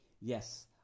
yes